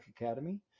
Academy